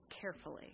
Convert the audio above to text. carefully